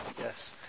Yes